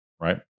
right